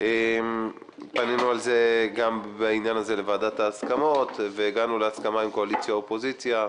פנינו בעניין הזה גם לוועדת ההסכמות והגענו להסכמה קואליציה-אופוזיציה,